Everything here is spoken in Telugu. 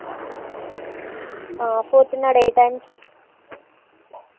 ఫోర్త్నాడు ఏ టైముకి